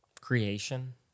creation